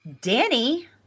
Danny